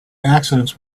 accidents